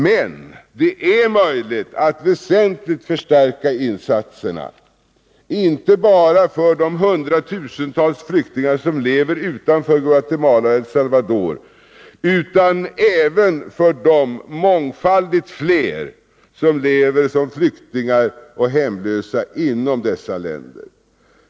Men det är möjligt att väsentligt förstärka insatserna, inte bara för de hundratusentals flyktingar som lever utanför Guatemala och El Salvador utan även för de mångfaldigt fler som lever som flyktingar och hemlösa inom dessa länder.